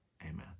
Amen